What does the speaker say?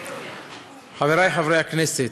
חברי חברי הכנסת,